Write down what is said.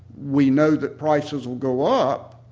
we know that prices will go up,